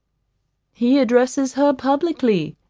he addresses her publicly,